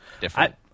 different